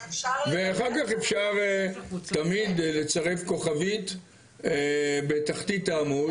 ואחר כך אפשר תמיד לצרף כוכבית בתחתית העמוד